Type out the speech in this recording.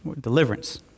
Deliverance